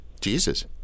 Jesus